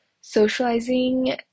socializing